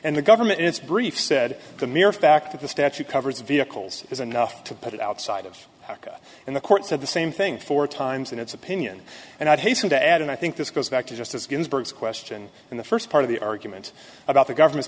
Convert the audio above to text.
and the government in its brief said the mere fact that the statute covers vehicles is enough to put it outside of africa and the court said the same thing four times in its opinion and i hasten to add and i think this goes back to justice ginsburg's question in the first part of the argument about the government's